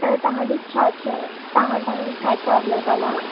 त तव्हां ॾिए छा छा तव्हां वटि हाणे छा छा अवेलेबल आहे